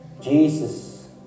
jesus